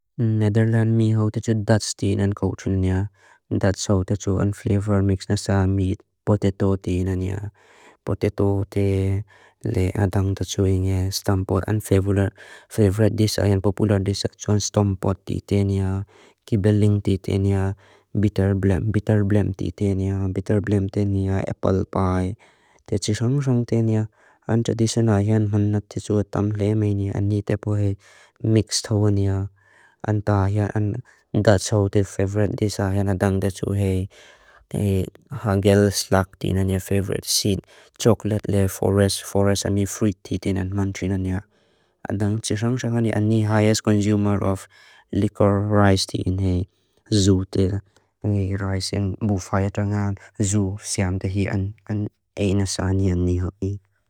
Nederland mi hau te tu dats ti na nkautsun niya. Dats hau te tu an flavor mix na sa meat potato ti na niya. Potato te le adang te tu inge stompot an favorite dish ayan popular dish ayan stompot ti te niya, kibeling ti te niya, bitter blem ti te niya, bitter blem te niya, apple pie te ti son song song te niya, an traditional ayan hannat te tu atam lem e niya, ani te pohe mix tawa niya. Anta ayan dats hau te favorite dish ayan adang te tu e hagel slag ti na niya, favorite seed, chocolate le, forest, forest ami, fruit ti te niya, man tree na niya. Adang tse song song ani ani highest consumer of liquor rice ti in hei, zoo te ang hei rice, ang bufaya ta ngaan, zoo syam te hi an ayna sa anyan ni hau i.